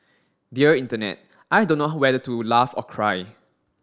dear Internet I don't know whether to laugh or cry